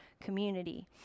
community